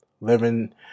living